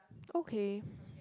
okay